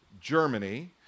Germany